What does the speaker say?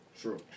True